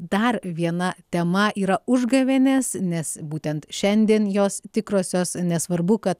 dar viena tema yra užgavėnės nes būtent šiandien jos tikrosios nesvarbu kad